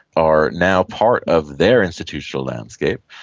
are now part of their institutional landscape.